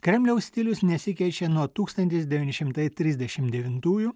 kremliaus stilius nesikeičia nuo tūkstantis devyni šimtai trisdešimt devintųjų